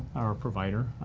or provider,